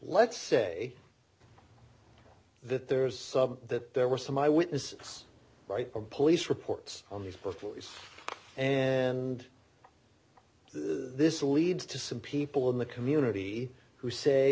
let's say that there's some that there were some eye witnesses right or police reports on these before and this leads to some people in the community who say